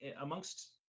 amongst